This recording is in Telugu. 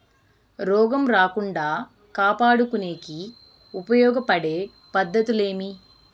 రోగం రాకుండా కాపాడుకునేకి ఉపయోగపడే పద్ధతులు ఏవి?